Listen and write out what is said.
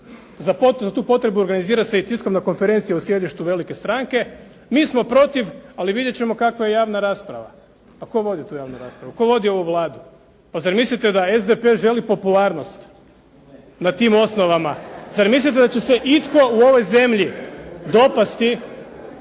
za tu potrebu organizira i tiskovna konferencija u sjedištu velike stranke. Mi smo protiv, ali vidjet ćemo kakva je javna rasprava. A tko vodi tu javnu raspravu? Tko vodi ovu Vladu? Pa zar mislite da SDP želi popularnost na tim osnovama? Zar mislite da će se itko u ovoj zemlji dopasti,